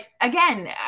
again